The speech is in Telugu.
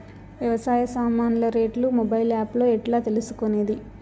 వ్యవసాయ సామాన్లు రేట్లు మొబైల్ ఆప్ లో ఎట్లా తెలుసుకునేది?